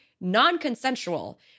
non-consensual